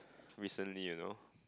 recently you know